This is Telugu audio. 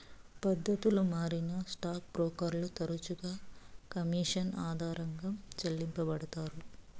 పద్దతులు మారినా స్టాక్ బ్రోకర్లు తరచుగా కమిషన్ ఆధారంగా చెల్లించబడతారు